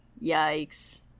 Yikes